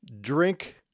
drink